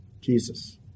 Jesus